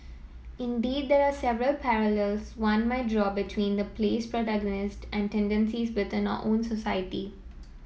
indeed there are several parallels one might draw between the play's protagonists and tendencies within our own society